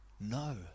no